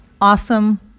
awesome